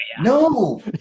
No